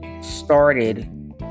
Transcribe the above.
started